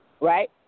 Right